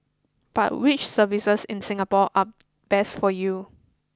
but which services in Singapore are best for you